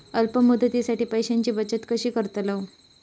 अल्प मुदतीसाठी पैशांची बचत कशी करतलव?